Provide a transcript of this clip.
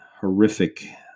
horrific